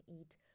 eat